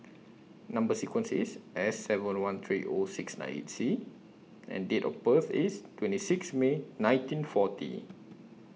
Number sequence IS S seven one three O six nine eight C and Date of birth IS twenty six May nineteen forty